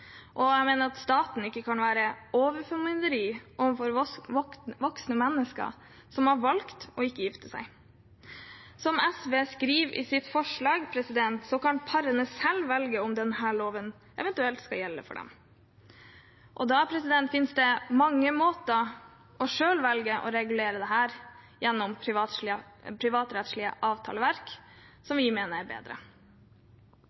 Jeg mener at staten ikke kan være overformynderi overfor voksne mennesker som har valgt å ikke gifte seg. Som SV skriver i sitt forslag, kan parene selv velge om denne loven eventuelt skal gjelde for dem. Det finnes mange måter man selv kan velge å regulere dette på gjennom privatrettslige avtaleverk,